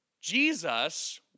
Jesus